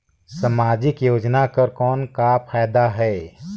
समाजिक योजना कर कौन का फायदा है?